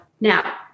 Now